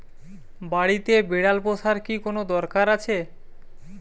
বাড়িতে বিড়াল পোষার কি কোন দরকার আছে?